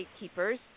gatekeepers